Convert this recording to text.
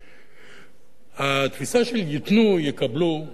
התפיסה של "ייתנו, יקבלו",